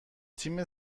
تیم